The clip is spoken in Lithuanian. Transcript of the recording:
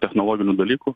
technologinių dalykų